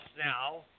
now